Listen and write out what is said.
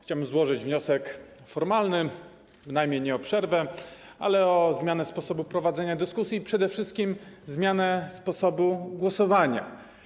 Chciałbym złożyć wniosek formalny nie o przerwę, ale o zmianę sposobu prowadzenia dyskusji i przede wszystkim o zmianę sposobu głosowania.